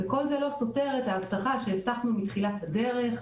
וכל זה לא סותר את ההבטחה שהבטחנו בתחילת הדרך,